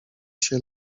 się